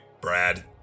Brad